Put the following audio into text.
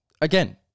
again